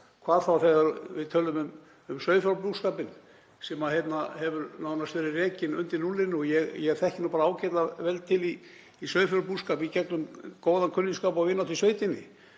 Hvað þá þegar við tölum um sauðfjárbúskapinn sem hefur nánast verið rekinn undir núllinu. Ég þekki bara ágætlega vel til í sauðfjárbúskap í gegnum góðan kunningsskap og vináttu í sveitinni.